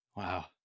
Wow